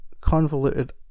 convoluted